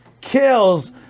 kills